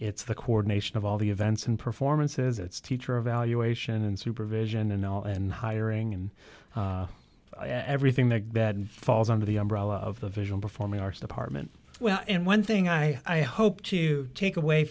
it's the coordination of all the events and performances it's teacher evaluation and supervision and all and hiring and everything that bad falls under the umbrella of the visual performing arts department well and one thing i hope to take away